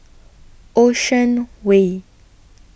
Ocean Way